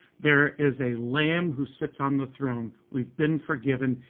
there is a lamb who sits on the throne. we've been forgiven,